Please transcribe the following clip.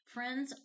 Friends